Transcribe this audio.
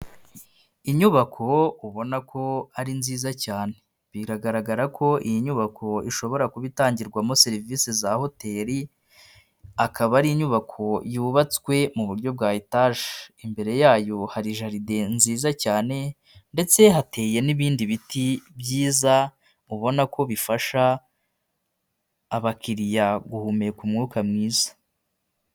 Inyubako ubona ko ari nziza cyane. Biragaragara ko iyi nyubako ishobora kuba itangirwamo serivisi za hoteli. Akaba ari inyubako yubatswe mu buryo bwa etaje. Imbere yayo hari jaride nziza cyane ndetse hateye n'ibindi biti byiza, mubona ko bifasha abakiriya guhumeka umwuka mwiza.